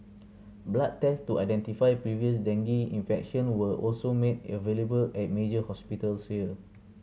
blood test to identify previous dengue infection were also made available at major hospitals here